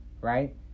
right